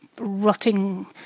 rotting